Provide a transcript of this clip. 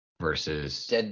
versus